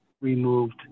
removed